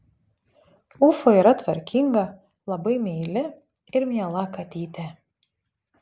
ufa yra tvarkinga labai meili ir miela katytė